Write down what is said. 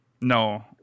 No